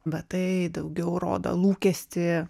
bet tai daugiau rodo lūkestį